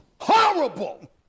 Horrible